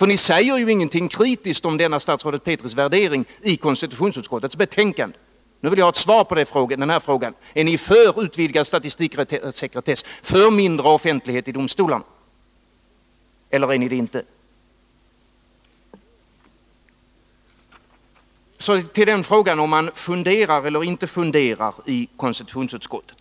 Ni säger ju ingenting kritiskt om denna statsrådet Petris värdering i konstitutionsutskottets betänkande. Nu vill jag ha svar på den här frågan: Är ni för utvidgad statistiksekretess, för mindre offentlighet i domstolarna, eller är ni det inte? Så till frågan om man funderar eller inte funderar i konstitutionsutskottet.